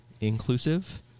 inclusive